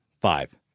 Five